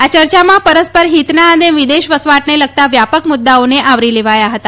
આ ચર્ચામાં પરસ્પર હિતના અને વિદેશ વસવાટને લગતા વ્યાપક મુદ્દાઓને આવરી લેવાયા હતા